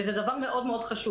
וזה דבר חשוב מאוד.